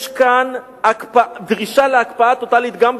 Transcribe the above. יש כאן דרישה להקפאה טוטלית גם בירושלים,